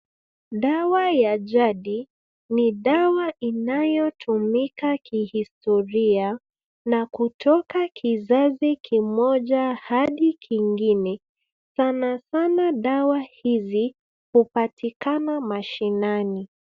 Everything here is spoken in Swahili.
Dawa ya jadi, ni dawa inayotumika kihistoria, na kutoka kisasi kimoja hadi kingine. Sanasana madawa hizi upatikana mashinani.